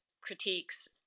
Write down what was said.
critiques